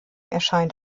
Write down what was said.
erscheint